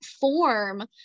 form